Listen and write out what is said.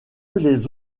les